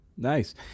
Nice